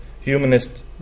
humanist